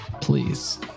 Please